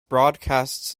broadcasts